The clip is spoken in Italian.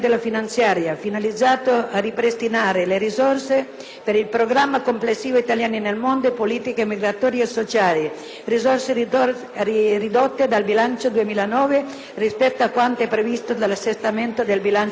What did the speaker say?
per il «Programma Italiani nel mondo e politiche migratorie e sociali», risorse ridotte nel bilancio 2009 rispetto a quanto previsto dall'assestamento di bilancio del 2008. L'approvazione di tale emendamento consentirebbe